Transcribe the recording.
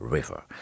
River